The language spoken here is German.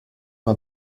mal